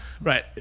Right